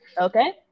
okay